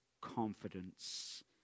confidence